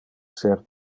ser